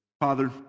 Father